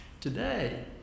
Today